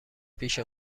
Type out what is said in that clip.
پیش